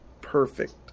perfect